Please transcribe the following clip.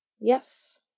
Yes